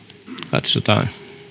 katsotaan